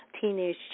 teenage